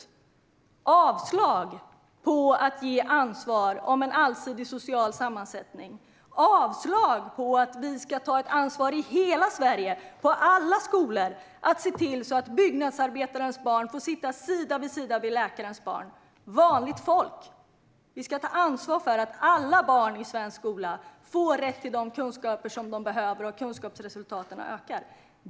Det innebär ett avslag på att ge ansvar för en allsidig social sammansättning och ett avslag på att ett ansvar ska tas i hela Sverige och på alla skolor för att byggnadsarbetarens barn ska få sitta sida vid sida med läkarens barn, vanligt folk. Vi ska ta ansvar för att alla barn i svensk skola får rätt till de kunskaper de behöver och att kunskapsresultaten ökar.